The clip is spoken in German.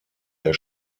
der